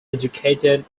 educated